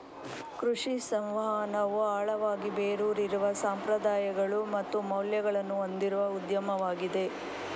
ಕೃಷಿ ಸಂವಹನವು ಆಳವಾಗಿ ಬೇರೂರಿರುವ ಸಂಪ್ರದಾಯಗಳು ಮತ್ತು ಮೌಲ್ಯಗಳನ್ನು ಹೊಂದಿರುವ ಉದ್ಯಮವಾಗಿದೆ